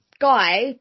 guy